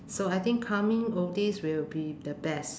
so I think calming oldies will be the best